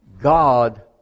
God